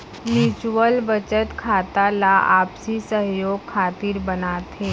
mutual बचत खाता ला आपसी सहयोग खातिर बनाथे